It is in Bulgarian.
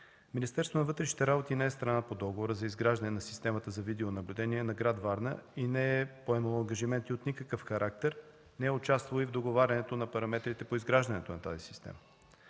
Министерството на вътрешните работи не е страна по договора за изграждане на системата за видеонаблюдение на град Варна и не е поемало ангажимент от никакъв характер, не е участвало и в договарянето на параметрите по изграждането на тази система.